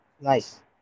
Nice